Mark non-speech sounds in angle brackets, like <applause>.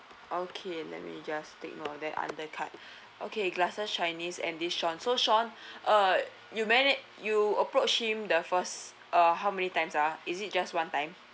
okay let me just take note of that other ca~ <breath> okay glasses chinese and this sean so sean <breath> uh you manage you approach him the first uh how many times ah is it just one time